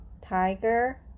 tiger